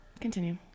Continue